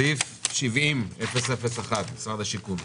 סעיף 70-001, משרד השיכון.